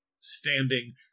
standing